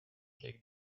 qu’avec